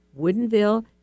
Woodenville